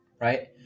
right